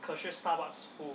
可是 stomachs full